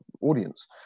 audience